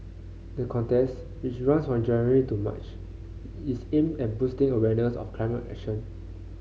the contest which runs from January to March is aimed at boosting awareness of climate action